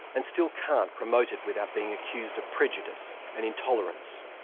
and still can't, promote it without being accused of prejudice and intolerance.